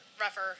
rougher